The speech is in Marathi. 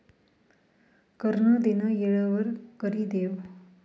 कर नं देनं येळवर करि देवं